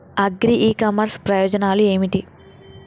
Agri e commerce ప్రయోజనాలు ఏమిటి?